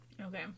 Okay